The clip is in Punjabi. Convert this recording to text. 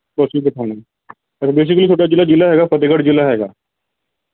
ਬਸੀ ਪਠਾਣਾਂ ਵੈਸੇ ਵੀ ਤੁਹਾਡਾ ਜਿਹੜਾ ਜ਼ਿਲ੍ਹਾ ਹੈ ਫਤਿਹਗੜ੍ਹ ਜ਼ਿਲ੍ਹਾ ਹੈ